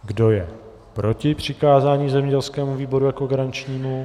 Kdo je proti přikázání zemědělskému výboru jako garančnímu?